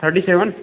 thirty seven